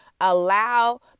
allow